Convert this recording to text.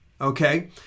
okay